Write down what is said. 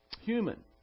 human